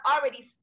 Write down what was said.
already